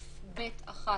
3א(ב)(1).